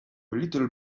little